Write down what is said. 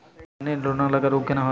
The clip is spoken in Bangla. ধানের লোনা লাগা রোগ কেন হয়?